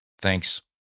Thanks